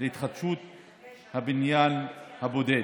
להתחדשות הבניין הבודד: